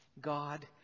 God